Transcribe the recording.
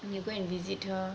you go and visit her